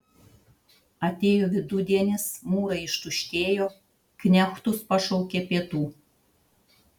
atėjo vidudienis mūrai ištuštėjo knechtus pašaukė pietų